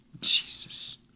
Jesus